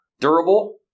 Durable